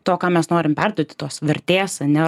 to ką mes norim perduoti tos vertės ane